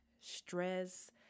stress